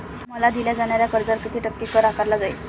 मला दिल्या जाणाऱ्या कर्जावर किती टक्के कर आकारला जाईल?